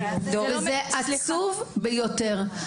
זה עצוב ביותר.